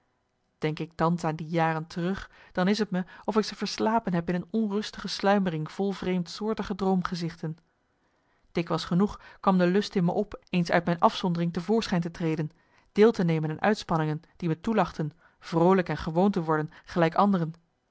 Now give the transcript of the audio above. denk ik thans aan die jaren terug dan is t me of ik ze verslapen heb in een onrustige sluimering vol vreemdsoortige droomgezichten dikwijls genoeg kwam de lust in me op eens uit mijn afzondering te voorschijn te treden deel te nemen aan uitspanningen die me toelachten vroolijk en gewoon te worden gelijk anderen